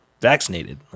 vaccinated